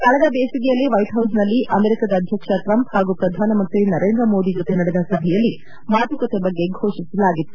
ಕಳೆದ ಬೇಸಿಗೆಯಲ್ಲಿ ವೈಟ್ಹೌಸ್ನಲ್ಲಿ ಅಮೆರಿಕದ ಅಧ್ವಕ್ಷ ಟ್ರಂಪ್ ಹಾಗೂ ಪ್ರಧಾನಮಂತ್ರಿ ನರೇಂದ್ರಮೋದಿ ಜೊತೆ ನಡೆದ ಸಭೆಯಲ್ಲಿ ಮಾತುಕತೆ ಬಗ್ಗೆ ಘೋಷಿಸಲಾಗಿತ್ತು